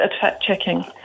fact-checking